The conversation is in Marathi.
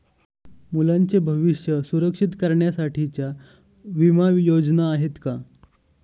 मुलांचे भविष्य सुरक्षित करण्यासाठीच्या विमा योजना आहेत का?